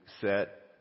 set